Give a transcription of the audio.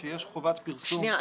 כשיש חובת פרסום --- שנייה,